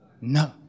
No